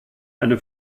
eine